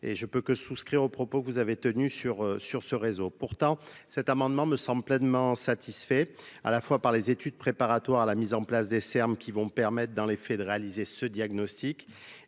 et je peux que souscrire aux propos que vous avez tenus sur sur ce réseau, pourtant cet amendement me semble pleinement satisfait par les études préparatoires et la mise en place des termes qui vont permettre, dans les faits, de réaliser ce diagnostic